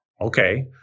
okay